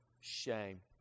shame